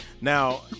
Now